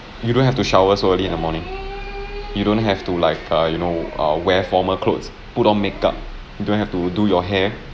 you don't have to shower so early in the morning you don't have to like uh you know uh wear formal clothes put on make-up you don't have to do your hair